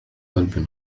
قلب